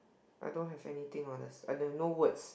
I don't have anything on this and then no words